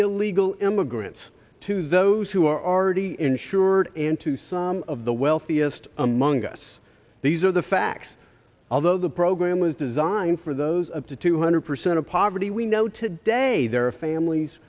illegal immigrants to those who are already insured into some of the wealthiest among us these are the facts although the program was designed for those up to two hundred percent of poverty we know today there are families